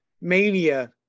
mania